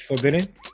Forbidden